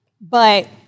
but-